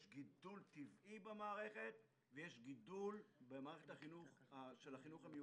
יש גידול טבעי במערכת ויש גידול פי שניים במערכת של החינוך המיוחד.